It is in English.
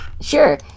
Sure